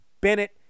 Bennett